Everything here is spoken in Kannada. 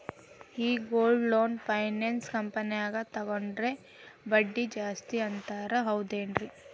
ಈ ಗೋಲ್ಡ್ ಲೋನ್ ಫೈನಾನ್ಸ್ ಕಂಪನ್ಯಾಗ ತಗೊಂಡ್ರೆ ಬಡ್ಡಿ ಜಾಸ್ತಿ ಅಂತಾರ ಹೌದೇನ್ರಿ?